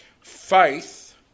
Faith